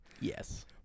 Yes